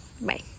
Bye